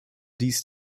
dies